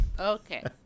Okay